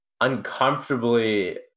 uncomfortably